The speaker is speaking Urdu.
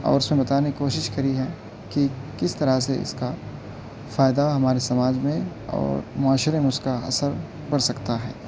اور اس میں بتانے کی کوشش کری ہے کہ کس طرح سے اس کا فائدہ ہمارے سماج میں اور معاشرے میں اس کا اثر پڑ سکتا ہے